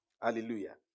hallelujah